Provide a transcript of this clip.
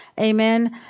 amen